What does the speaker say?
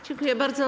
Dziękuję bardzo.